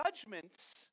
judgments